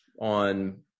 on